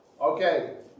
okay